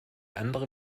andere